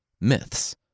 myths